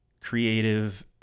creative